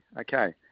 okay